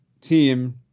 team